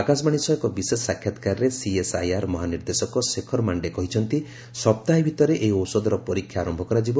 ଆକାଶବାଣୀ ସହ ଏକ ବିଶେଷ ସାକ୍ଷାତକାରରେ ସିଏସ୍ଆଇଆର୍ ମହାନିର୍ଦ୍ଦେଶକ ଶେଖର ମାଣ୍ଡେ କହିଛନ୍ତି ସପ୍ତାହେ ଭିତରେ ଏହି ଔଷଧର ପରୀକ୍ଷା ଆରମ୍ଭ କରାଯିବ